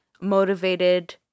motivated